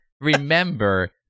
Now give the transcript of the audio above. remember